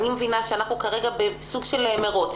אני מבינה שאנחנו כרגע בסוג של מרוץ.